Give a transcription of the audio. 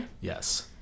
Yes